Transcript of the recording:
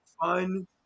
fun